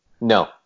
No